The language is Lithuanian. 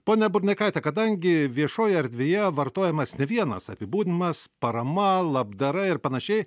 pone burneikaite kadangi viešoje erdvėje vartojamas ne vienas apibūdinimas parama labdara ir panašiai